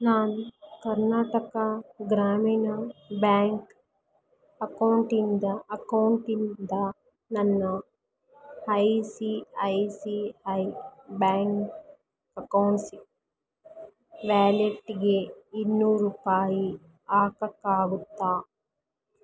ನನ್ ಕರ್ನಾಟಕ ಗ್ರಾಮೀಣ ಬ್ಯಾಂಕ್ ಅಕೌಂಟಿಂದ ಅಕೌಂಟಿಂದ ನನ್ನ I C I C I bank accounts ವ್ಯಾಲೆಟ್ಗೆ ಇನ್ನೂರು ರೂಪಾಯಿ ಹಾಕಕ್ಕಾಗುತ್ತಾ